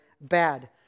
bad